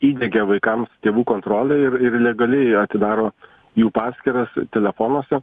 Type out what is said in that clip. įdiegia vaikams tėvų kontrolę ir ir legaliai jie atidaro jų paskyras telefonuose